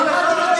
בוא,